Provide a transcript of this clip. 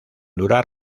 durar